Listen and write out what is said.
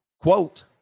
quote